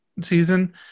season